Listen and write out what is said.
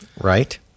Right